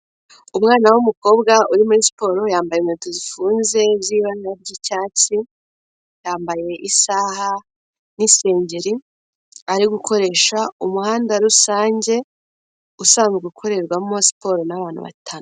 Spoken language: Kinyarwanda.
Umwana w'umukobwa uri muri siporo. Yambaye inkweto zifunze z'ibara ry'icyatsi, yambaye isaha n'insengeri. Ari gukoresha umuhanda rusange usanzwe ukorerwamo siporo n'abantu batanu.